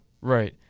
Right